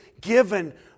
given